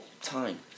time